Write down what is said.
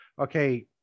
okay